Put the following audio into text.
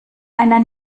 einer